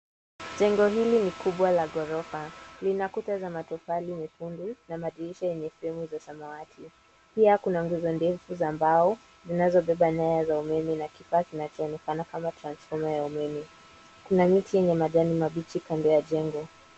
Jengo hili ni kubwa la ghorofa. Lina kuta za matofali mekundu na madirisha yenye sehemu za samawati. Pia kuna nguzo ndefu za mbao zinazobeba nyaya za umeme na kifaa kinachoonekana kama transformer ya umeme. Kuna miti yenye majani mabichi kando ya jengo.